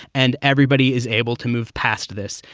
and everybody is able to move past this,